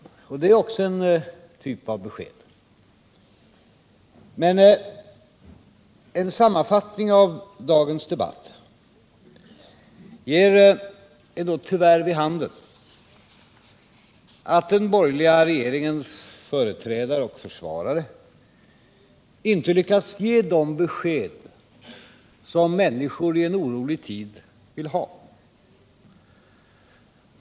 Det är också en typ av besked. Men en sammanfattning av dagens debatt ger tyvärr vid handen att den borgerliga regeringens företrädare och försvarare inte har lyckats ge de besked som människorna i en orolig tid vill ha.